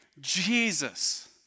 Jesus